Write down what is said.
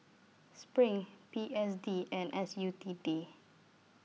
SPRING P S D and S U T D